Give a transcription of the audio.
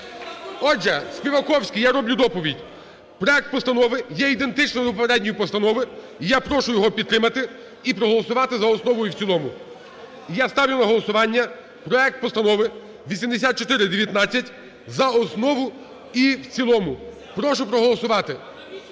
Отже, Співаковський. Я роблю доповідь. Проект постанови є ідентичним до попередньої постанови. І я прошу його підтримати, і проголосувати за основу і в цілому. І я ставлю на голосування проект Постанови 8419 за основу і в цілому. Прошу проголосувати,